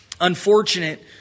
unfortunate